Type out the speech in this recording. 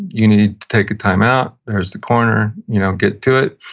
you need to take a time-out, there's the corner, you know get to it